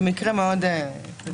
זה מקרה מאוד נדיר.